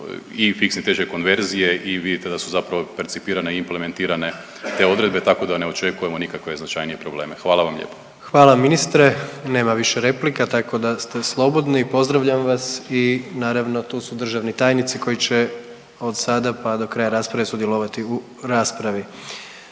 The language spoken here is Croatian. i fiksni tečaj konverzije i vidite da su zapravo percipirane i implementirane te odredbe tako da ne očekujemo nikakve značajnije probleme. Hvala vam lijepo. **Jandroković, Gordan (HDZ)** Hvala ministre. Nema više replika tako da ste slobodni. Pozdravljam vas. I naravno tu su državni tajnici koji će od sada pa do kraja rasprave sudjelovati u raspravi.